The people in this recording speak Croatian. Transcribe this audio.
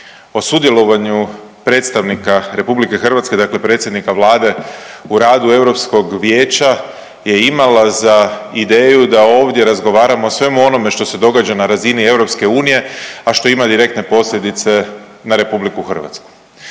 o sudjelovanju predstavnika RH, dakle predsjednika Vlade u radu Europskog vijeća je imala za ideju da ovdje razgovaramo o svemu onome što se događa na razini EU, a što ima direktne posljedice na RH. Prije svega,